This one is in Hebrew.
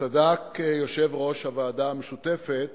צדק יושב-ראש הוועדה המשותפת